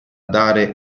dare